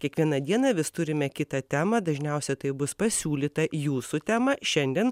kiekvieną dieną vis turime kitą temą dažniausiai tai bus pasiūlyta jūsų tema šiandien